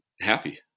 happy